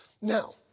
Now